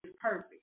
perfect